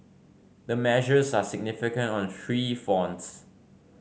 the measures are significant on three fronts